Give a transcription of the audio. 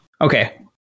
okay